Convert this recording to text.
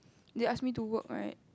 they ask me to work right